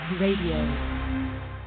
Radio